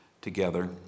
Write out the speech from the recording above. together